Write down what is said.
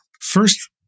First